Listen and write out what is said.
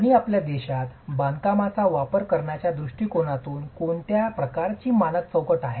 आणि आपल्या देशात दगडी बांधकामांचा वापर करण्याच्या दृष्टीकोनातून कोणत्या प्रकारची मानक चौकट आहे